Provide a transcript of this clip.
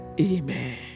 Amen